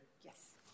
Yes